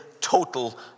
total